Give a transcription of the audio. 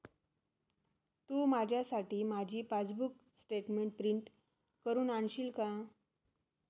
तू माझ्यासाठी माझी passbook statement print करून आणशील का?